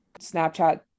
Snapchat